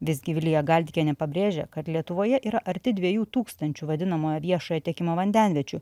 visgi vilija galdikienė pabrėžė kad lietuvoje yra arti dviejų tūkstančių vadinamojo viešojo tiekimo vandenviečių